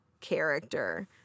Character